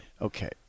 Okay